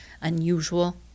unusual